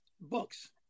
books